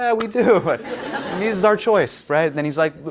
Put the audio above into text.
yeah we do. but and he's our choice, right? and then he's like,